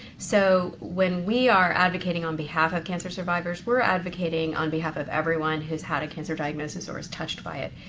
so when we are advocating on behalf of cancer survivors, we're advocating on behalf of everyone who's had a cancer diagnosis or is touched by it,